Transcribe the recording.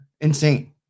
Insane